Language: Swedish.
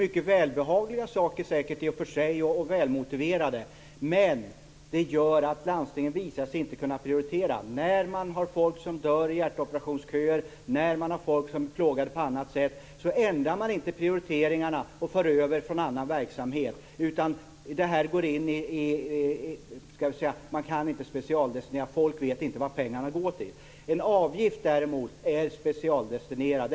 Det är säkert i och för sig mycket välbehagliga och välmotiverade saker. Men det visar att landstingen inte har kunnat prioritera. När man har människor som dör i hjärtoperationsköer och människor som är plågade på annat sätt ändrar man inte prioriteringarna och för över medel från annan verksamhet. Man kan inte specialdestinera. Människor vet inte vad pengarna går till. En avgift är däremot specialdestinerad.